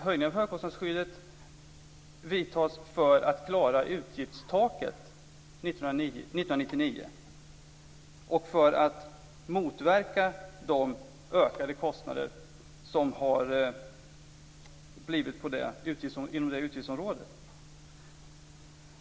Höjningen av högkostnadsskyddet görs för att vi skall klara utgiftstaket 1999 och för att motverka de ökade kostnader som har uppstått inom det utgiftsområdet.